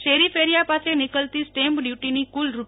શેરી ફેરિયા પાસે નિકળતી સ્ટેમ્પ ડ્યૂટિ ની કુલ રૂ